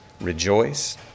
rejoice